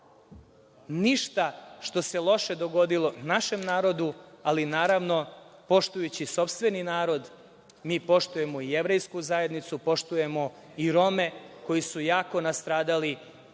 ništa što se loše dogodilo našem narodu, ali naravno poštujući sopstveni narod mi poštujemo Jevrejsku zajednicu, poštujemo i Rome, koji su jako nastradali.